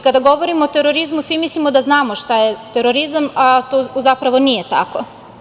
Kada govorimo o terorizmu, svi mislimo da znamo šta je terorizam, a zapravo nije tako.